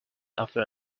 after